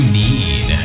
need